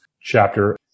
chapter